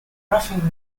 roughing